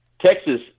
Texas